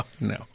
no